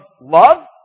love